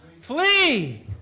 flee